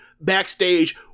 backstage